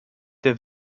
der